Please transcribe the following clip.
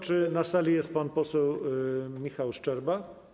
Czy na sali jest pan poseł Michał Szczerba?